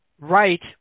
right